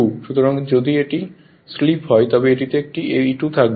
সুতরাং যদি এটি স্লিপ হয় তবে এটিতে একটি হয় E2 থাকবে